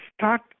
start